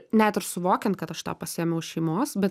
net ir suvokiant kad aš tą pasiėmiau iš šeimos